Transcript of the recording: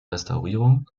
restaurierung